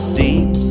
deep